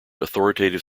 authoritative